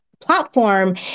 platform